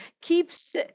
keeps